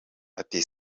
ati